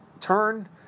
turn